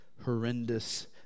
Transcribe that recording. horrendous